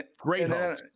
great